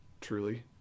truly